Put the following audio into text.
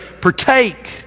partake